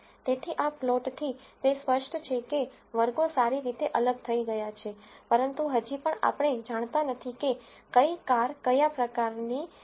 તેથી આ પ્લોટથી તે સ્પષ્ટ છે કે વર્ગો સારી રીતે અલગ થઈ ગયા છે પરંતુ હજી પણ આપણે જાણતા નથી કે કઈ કાર કયા પ્રકારની છે